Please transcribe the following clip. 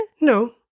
No